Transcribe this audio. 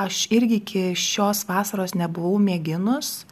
aš irgi iki šios vasaros nebuvau mėginus